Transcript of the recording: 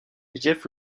jeff